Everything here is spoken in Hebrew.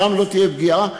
שם לא תהיה פגיעה,